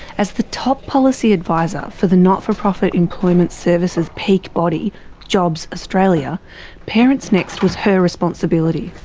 as the top policy advisor for the not-for-profit employment services peak body jobs australia parentsnext was her responsibility.